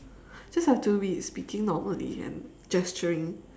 just have to be speaking normally and gesturing